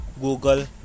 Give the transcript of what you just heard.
Google